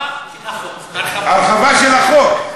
זאת הרחבה של החוק.